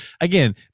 again